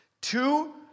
two